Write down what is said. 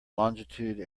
longitude